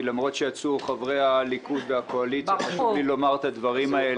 למרות שיצאו חברי הליכוד והקואליציה חשוב לי לומר את הדברים האלה.